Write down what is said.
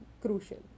crucial